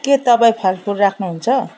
के तपाईँ फलफुल राख्नुहुन्छ